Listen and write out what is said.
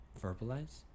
verbalize